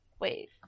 wait